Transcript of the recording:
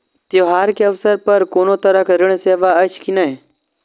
त्योहार के अवसर पर कोनो तरहक ऋण सेवा अछि कि नहिं?